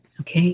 okay